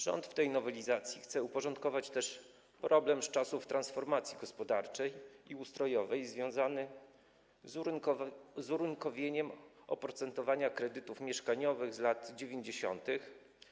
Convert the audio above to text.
Rząd w tej nowelizacji chce też uporządkować problem z czasów transformacji gospodarczej i ustrojowej związany z urynkowieniem oprocentowania kredytów mieszkaniowych z lat 90.